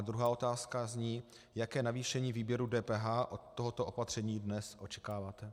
Druhá otázka zní: Jaké navýšení výběru DPH od tohoto opatření dnes očekáváte?